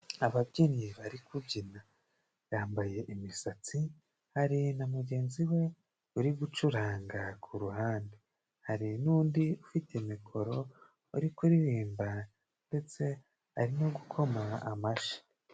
Ababyinnyi bari kubyina bambaye imisatsi, hari na mugenzi we uri gucuranga ku ruhande. Hari n'undi ufite mikoro uri kuririmba ndetse ari no gukoma amashyi.